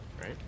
right